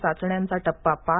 चाचण्यांचा टप्पा पार